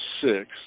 six